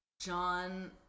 John